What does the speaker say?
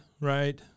right